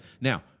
Now